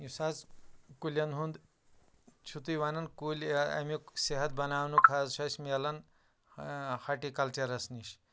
یُس حظ کُلٮ۪ن ہُنٛد چھُ تُہۍ وَنان کُلۍ اَمیُک صحت بناونُک حظ چھُ اَسہِ میلان ہارٹیکَلچرَس نِش